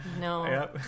No